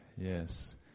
Yes